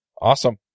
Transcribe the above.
Awesome